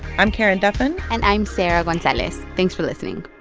i'm karen duffin and i'm sarah gonzalez. thanks for listening